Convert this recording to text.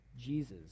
Jesus